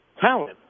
talent